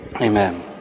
Amen